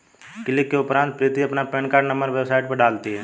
click के उपरांत प्रीति अपना पेन कार्ड नंबर वेबसाइट पर डालती है